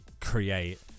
create